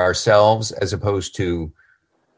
ourselves as opposed to